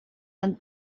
and